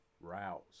routes